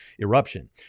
eruption